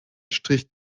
strich